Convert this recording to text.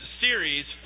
series